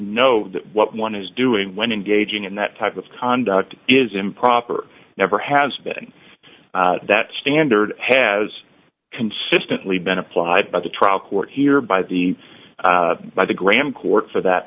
that what one is doing when engaging in that type of conduct is improper never has been that standard has consistently been applied by the trial court here by the by the graham court for that